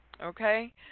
Okay